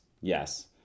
Yes